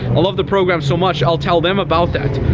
love the program so much. i'll tell them about that.